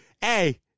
hey